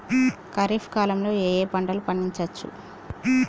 ఖరీఫ్ కాలంలో ఏ ఏ పంటలు పండించచ్చు?